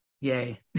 Yay